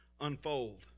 unfold